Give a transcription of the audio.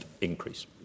increase